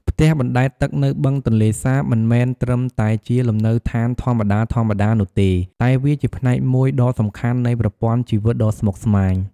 ផ្ទះបណ្ដែតទឹកនៅបឹងទន្លេសាបមិនមែនត្រឹមតែជាលំនៅឋានធម្មតាៗនោះទេ តែវាជាផ្នែកមួយដ៏សំខាន់នៃប្រព័ន្ធជីវិតដ៏ស្មុគស្មាញ។